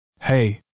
Hey